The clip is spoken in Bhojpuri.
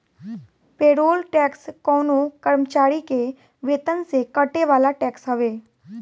पेरोल टैक्स कवनो कर्मचारी के वेतन से कटे वाला टैक्स हवे